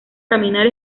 caminar